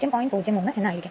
03 എന്ന് ആയിരിക്കും